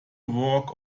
work